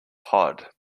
pod